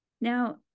now